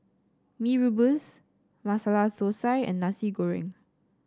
Mee Rebus Masala Thosai and Nasi Goreng